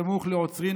סמוך לעוצרין,